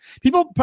People